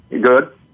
good